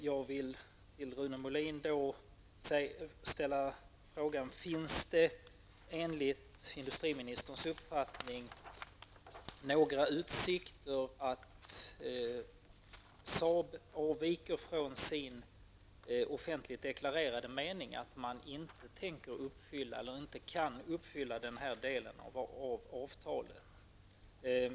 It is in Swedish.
Jag vill då fråga Rune Molin: Finns det enligt industriministerns bedömning några utsikter att Saab avviker från sin offentligt deklarerade avsikt att man inte tänker eller inte kan uppfylla den här delen av avtalet?